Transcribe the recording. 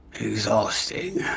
exhausting